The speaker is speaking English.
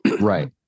Right